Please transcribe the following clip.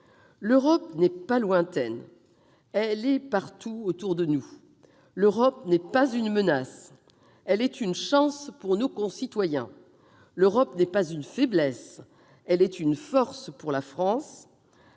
L'Europe n'est pas lointaine, elle est partout autour de nous. L'Europe n'est pas une menace, elle est une chance pour nos concitoyens. L'Europe n'est pas une faiblesse, elle est une force pour la France.